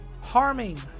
harming